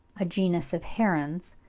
a genus of herons,